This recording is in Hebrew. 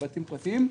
בבתים פרטיים,